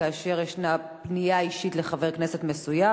כאשר יש פנייה אישית לחבר כנסת מסוים,